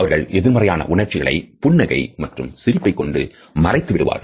அவர்கள் எதிர்மறையான உணர்ச்சிகளை புன்னகை மற்றும் சிரிப்பை கொண்டு மறைத்து விடுவர்